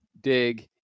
Dig